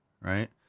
right